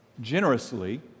generously